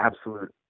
absolute